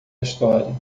história